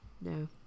No